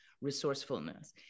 resourcefulness